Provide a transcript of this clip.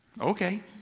okay